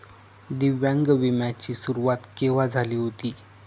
दिव्यांग विम्या ची सुरुवात केव्हा झाली होती?